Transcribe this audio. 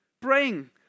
praying